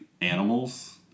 animals